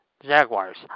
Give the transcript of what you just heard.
Jaguars